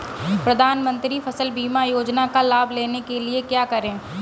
प्रधानमंत्री फसल बीमा योजना का लाभ लेने के लिए क्या करें?